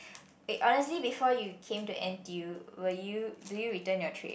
eh honestly before you came to n_t_u_c will you do you return your tray